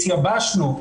התייבשנו.